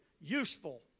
useful